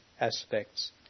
aspects